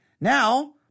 Now